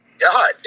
god